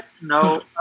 no